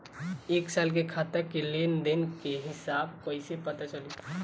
एक साल के खाता के लेन देन के हिसाब कइसे पता चली?